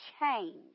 change